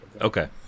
Okay